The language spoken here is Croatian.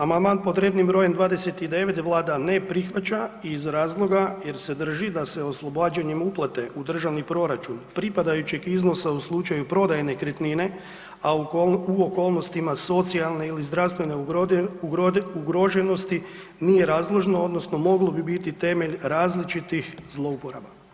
Amandman pod rednim brojem 29 Vlada ne prihvaća iz razloga jer se drži da se oslobađanjem uplate u državni proračun pripadajućeg iznosa u slučaju prodaje nekretnine, a u okolnostima socijalne ili zdravstvene ugroženosti nije razložno odnosno moglo bi biti temelj različitih zlouporaba.